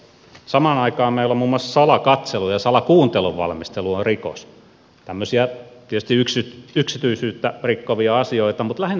samaan aikaan meillä on muun muassa salakatselun ja salakuuntelun valmistelu rikos tämmöisiä tietysti yksityisyyttä rikkovia asioita mutta lähinnä sakkojuttuja